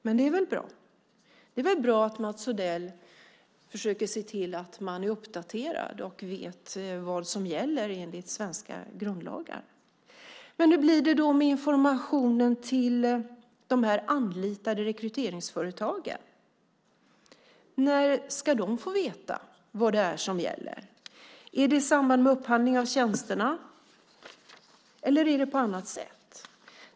Men det är väl bra att Mats Odell försöker se till att man är uppdaterad och vet vad som gäller enligt svenska grundlagar. Men hur blir det med informationen till de här anlitade rekryteringsföretagen? När ska de få veta vad det är som gäller? Är det i samband med upphandling av tjänsterna? Eller ska det ske på annat sätt?